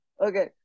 Okay